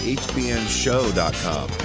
hbnshow.com